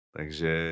Takže